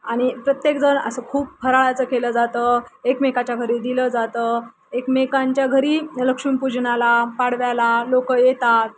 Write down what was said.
आणि प्रत्येक जण असं खूप फराळाचं केलं जातं एकमेकाच्या घरी दिलं जातं एकमेकांच्या घरी लक्ष्मीपूजनाला पाडव्याला लोक येतात